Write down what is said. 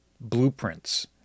blueprints